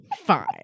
Fine